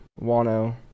Wano